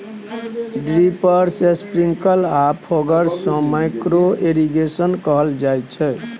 drippers, sprinkle आ foggers सँ micro irrigation कहल जाइत छै